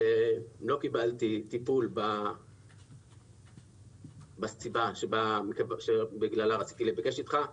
לא קיבלתי טיפול בסיבה שבגללה רציתי להיפגש איתך.